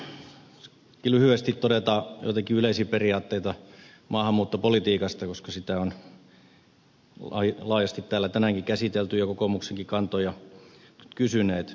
voisin lyhyesti todeta joitakin yleisiä periaatteita maahanmuuttopolitiikasta koska sitä on laajasti täällä tänäänkin käsitelty ja kokoomuksenkin kantoja kysytty